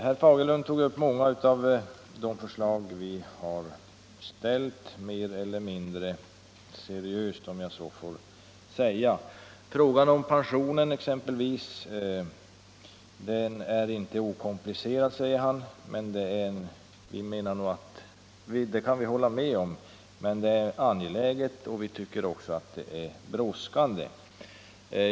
Herr Fagerlund tog mer eller mindre seriöst, om jag så får säga, upp många av de förslag vi har ställt. Han nämner exempelvis att frågan om pensionen inte är okomplicerad. Det kan vi hålla med om, men den är angelägen och vi tycker också att den är brådskande.